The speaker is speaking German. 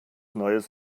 neues